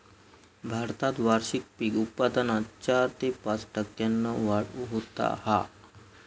भारतात वार्षिक पीक उत्पादनात चार ते पाच टक्क्यांन वाढ होता हा